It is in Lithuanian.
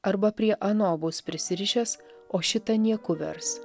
arba prie ano bus prisirišęs o šitą nieku vers